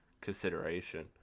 consideration